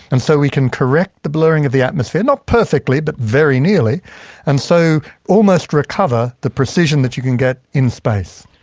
and so we can correct the blurring of the atmosphere not perfectly but very nearly and so almost recover the precision that you can get in space.